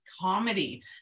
comedy